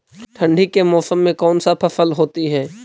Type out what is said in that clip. ठंडी के मौसम में कौन सा फसल होती है?